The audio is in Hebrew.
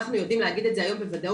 אנחנו יודעים להגיד את זה היום בוודאות.